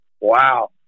Wow